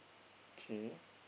okay